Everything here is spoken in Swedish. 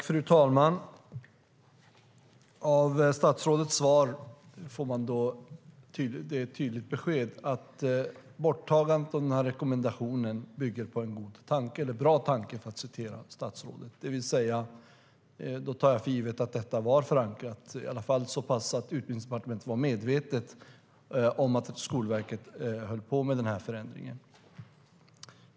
Fru talman! Av statsrådets svar får man ett tydligt besked. Borttagandet av den här rekommendationen bygger på en bra tanke - för att citera statsrådet. Då tar jag för givet att detta var förankrat, i alla fall så pass att Utbildningsdepartementet var medvetet om att Skolverket höll på med den här förändringen.